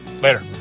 Later